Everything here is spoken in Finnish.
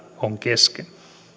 on kesken